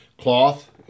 cloth